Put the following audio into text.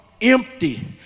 empty